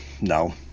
No